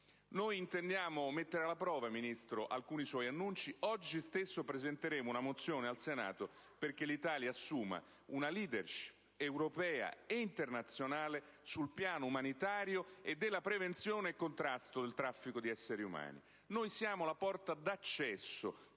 Intendiamo mettere alla prova, signor Ministro, alcuni suoi annunci: oggi stesso presenteremo una mozione al Senato perché l'Italia assuma una *leadership* europea e internazionale sul piano umanitario, della prevenzione e del contrasto al traffico di esseri umani. Siamo potenzialmente la porta d'accesso